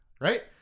Right